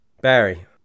Barry